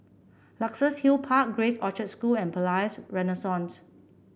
Luxus Hill Park Grace Orchard School and Palais Renaissance